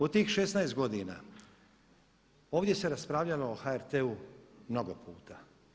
U tih 16 godina ovdje se raspravljalo o HRT-u mnogo puta.